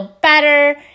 better